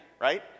right